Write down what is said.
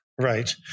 Right